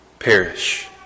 Perish